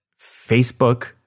Facebook